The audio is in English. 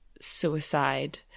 suicide